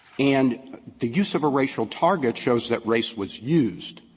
and the use of a racial target shows that race was used.